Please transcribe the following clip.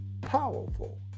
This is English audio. powerful